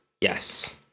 Yes